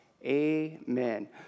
Amen